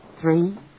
Three